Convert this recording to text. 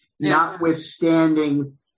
notwithstanding